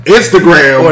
Instagram